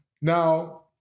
Now